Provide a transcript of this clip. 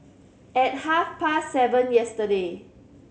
at half past seven yesterday